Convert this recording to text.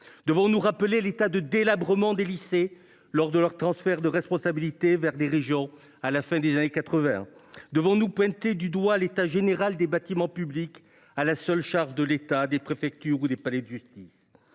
Devons nous rappeler l’état de délabrement des lycées lors du transfert de leur responsabilité de l’État aux régions, à la fin des années 1980 ? Devons nous pointer du doigt l’état général des bâtiments publics à la seule charge de l’État, comme les préfectures ou les palais de justice ?